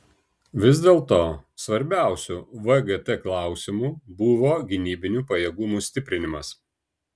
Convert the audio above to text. vis dėlto svarbiausiu vgt klausimu buvo gynybinių pajėgumų stiprinimas